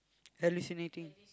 hallucinating